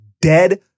dead